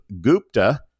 Gupta